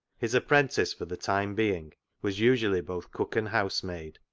his apprentice for the time being was usually both cook and housemaid,